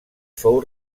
fou